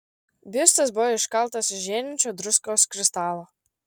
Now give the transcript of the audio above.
biustas buvo iškaltas iš žėrinčio druskos kristalo